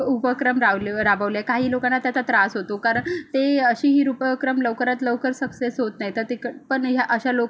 उपक्रम रावले राबवले काही लोकांना त्याचा त्रास होतो कारण ते अशी ही उपक्रम लवकरात लवकर सक्सेस होत नाही तर ते क पण ह्या अशा लोकां